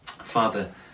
Father